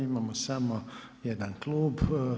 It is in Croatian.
Imamo samo jedan klub.